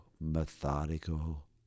methodical